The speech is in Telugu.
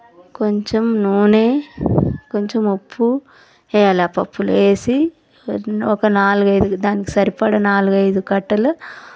కొంచెం నూనె కొంచెం ఉప్పు వేయాలి పప్పులో వేసి ఒక నాలుగు ఐదు దానికి సరిపడా నాలుగు ఐదు కట్టలు